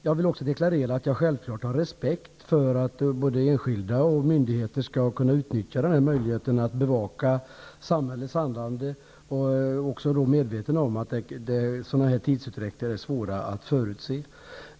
Jag vill också deklarera att jag självfallet har respekt för att både enskilda och myndigheter skall kunna utnyttja möjligheterna att bevaka samhällets handlande, och jag är medveten om att sådana här tidsutdräkter är svåra att förutse.